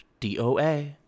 DOA